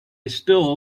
still